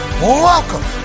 welcome